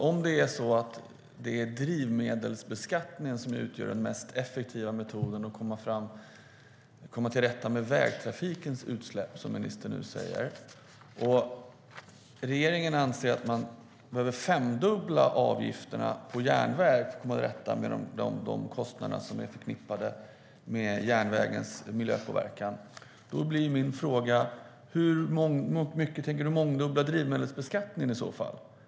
Om det är drivmedelsbeskattningen som utgör den mest effektiva metoden för att komma till rätta med utsläppen från vägtrafiken, som ministern nu säger, och regeringen anser att man behöver femdubbla avgifterna på järnväg för att komma till rätta med de kostnader som är förknippade med järnvägens miljöpåverkan, blir min fråga: Hur mycket tänker ministern mångdubbla drivmedelsbeskattningen?